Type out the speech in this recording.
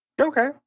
Okay